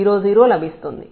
0400 లభిస్తుంది